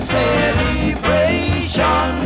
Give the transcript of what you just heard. celebration